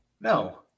No